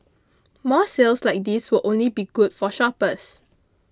more sales like these will only be good for shoppers